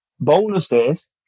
bonuses